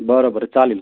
बरं बरं चालेल